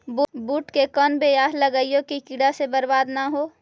बुंट के कौन बियाह लगइयै कि कीड़ा से बरबाद न हो?